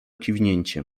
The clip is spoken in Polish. kiwnięcie